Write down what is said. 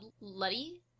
Luddy